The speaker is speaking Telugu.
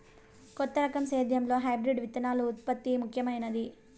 కొత్త రకం సేద్యంలో హైబ్రిడ్ విత్తనాల ఉత్పత్తి ముఖమైంది